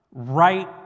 right